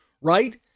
right